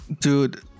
dude